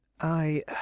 I